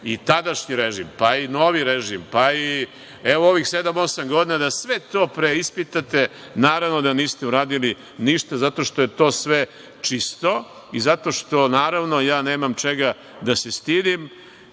i tadašnji režim, pa i novi režim pa i u ovih sedam, osam godina da sve to preispitate, naravno da niste uradili ništa zato što je to sve čisto i zato što naravno ja nemam čega da se stidim